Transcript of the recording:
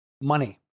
Money